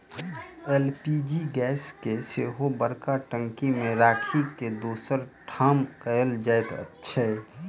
LPG gas के सेहो बड़का टंकी मे राखि के दोसर ठाम कयल जाइत छै